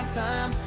time